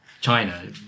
China